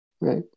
right